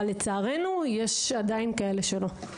אבל לצערנו יש עדיין כאלה שלא.